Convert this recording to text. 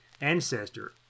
ancestor